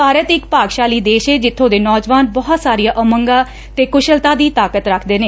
ਭਾਰਤ ਇਕ ਭਾਗਸ਼ਾਲੀ ਦੇਸ਼ ਏ ਜਿੱਬੋ ਦੇ ਨੌਜਵਾਨ ਬਹੁਤ ਸਾਰੀਆਂ ਉਮੰਗਾਂ ਤੇ ਕੁਸ਼ਲਤਾ ਦੀ ਤਾਕਤ ਰੱਖਦੇ ਨੇ